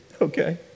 okay